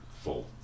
full